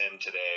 today